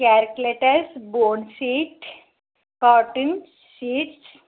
calculator board sheet cartoon sheets